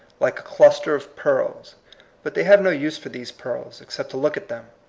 like a cluster of pearls but they have no use for these pearls, except to look at them.